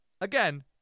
again